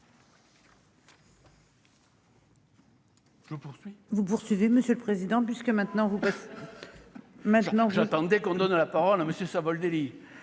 vous poursuivez Monsieur le Président, puisque maintenant vous maintenant, j'attendais qu'on donne la parole à monsieur Savoldelli